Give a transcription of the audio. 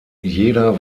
jeder